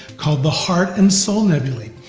called the heart and soul nebulae.